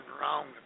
wrong